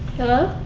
hello?